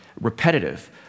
repetitive